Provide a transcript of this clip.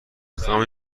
خواهم